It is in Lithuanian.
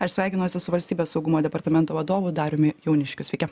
aš sveikinuosi su valstybės saugumo departamento vadovu dariumi jauniškiu sveiki